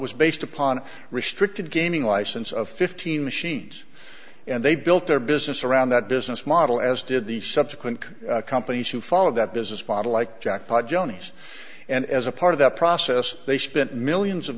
was based upon restrict the gaming license of fifteen machines and they built their business around that business model as did the subsequent companies who followed that business model like jackpot joni's and as a part of that process they spent millions of